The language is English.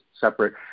separate